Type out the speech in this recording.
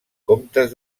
comtes